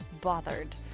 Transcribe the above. bothered